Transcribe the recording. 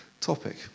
topic